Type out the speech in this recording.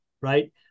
Right